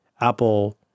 Apple